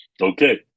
okay